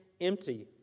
empty